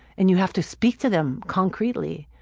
and you have to speak to them concretely.